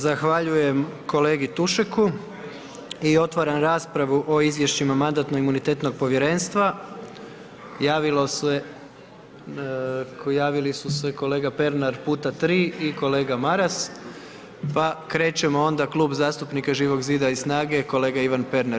Zahvaljujem kolegi Tušeku, i otvaram raspravu o Izvješćima Mandatno-imunitetnog povjerenstva, javilo se, javili su se kolega Pernar puta tri i kolega Maras, pa krećemo onda Klub zastupnika Živog zida i SNAGA-e kolega Ivan Pernar.